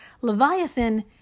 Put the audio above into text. Leviathan